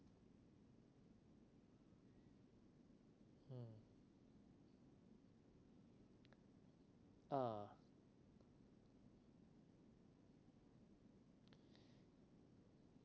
ah